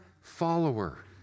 follower